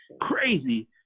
crazy